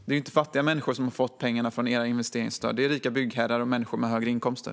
Det är ju inte fattiga människor som har fått pengar från ert investeringsstöd, utan det är rika byggherrar och människor med höga inkomster.